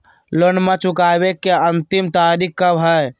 लोनमा चुकबे के अंतिम तारीख कब हय?